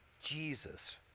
Jesus